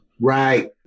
Right